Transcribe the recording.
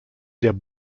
der